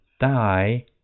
die